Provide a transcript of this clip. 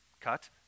cut